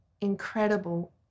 incredible